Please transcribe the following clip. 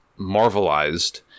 marvelized